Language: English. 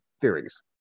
theories